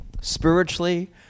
spiritually